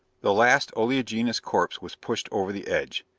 the last oleaginous corpse was pushed over the edge.